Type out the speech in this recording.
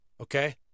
okay